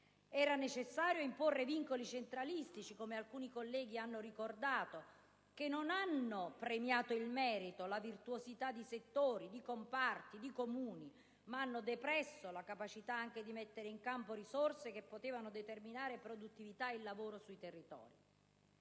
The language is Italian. Era necessario imporre vincoli centralistici, come alcuni colleghi hanno ricordato, che non hanno premiato il merito, la virtuosità di settori, di comparti, di Comuni, ma hanno depresso anche la capacità di mettere in campo risorse che potevano determinare la produttività e il lavoro sui territori?